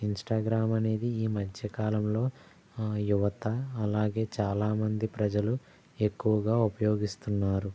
Instagram అనేది ఈ మధ్య కాలంలో యువత ఆలాగే చాలామంది ప్రజలు ఎక్కువగా ఉపయోగిస్తున్నారు